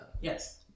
Yes